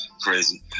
Crazy